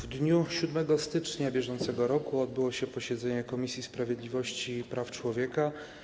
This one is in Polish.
W dniu 7 stycznia br. odbyło się posiedzenie Komisji Sprawiedliwości i Praw Człowieka.